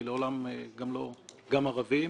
גם ערבים.